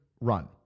run